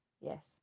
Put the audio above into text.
Yes